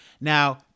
Now